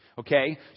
Okay